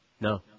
No